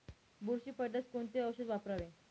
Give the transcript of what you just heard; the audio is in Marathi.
बुरशी पडल्यास कोणते औषध वापरावे?